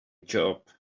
job